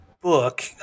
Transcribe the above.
book